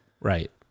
right